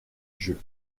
jeu